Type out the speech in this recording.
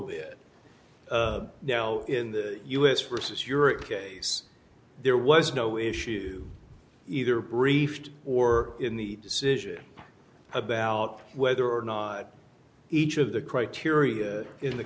bit now in the u s versus europe case there was no issue either briefed or in the decision about whether or not each of the criteria in the